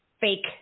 fake